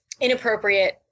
inappropriate